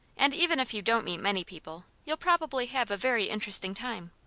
and even if you don't meet many people, you'll probably have a very interesting time.